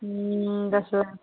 दस लाख